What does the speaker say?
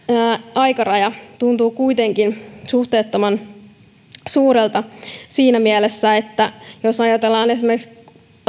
aikaraja tuntuu kuitenkin suhteettoman pieneltä siinä mielessä että jos ajatellaan esimerkiksi